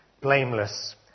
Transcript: blameless